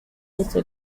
also